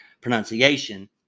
pronunciation